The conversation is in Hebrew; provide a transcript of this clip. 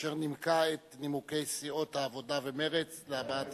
אשר נימקה את נימוקי סיעות העבודה ומרצ להבעת